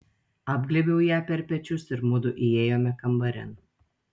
apglėbiau ją per pečius ir mudu įėjome kambarin